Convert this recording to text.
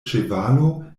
ĉevalo